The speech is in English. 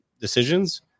decisions